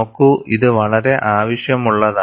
നോക്കൂ ഇത് വളരെ ആവശ്യമുള്ളതാണ്